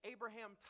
Abraham